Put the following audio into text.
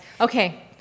Okay